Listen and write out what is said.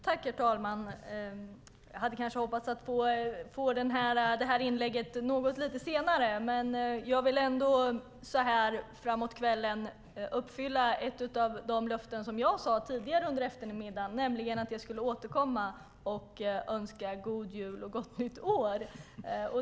Herr talman! Jag hade hoppats få detta inlägg lite senare, men jag vill så här framåt kvällen uppfylla ett av de löften som jag gav tidigare under eftermiddagen, nämligen att jag skulle återkomma och önska god jul och gott nytt år.